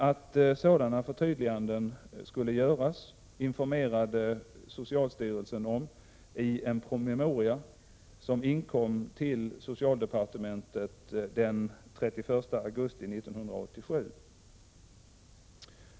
Att sådana förtydliganden skulle göras informerade socialstyrelsen om i en promemoria som inkom till socialdepartementet den 31 augusti 1987.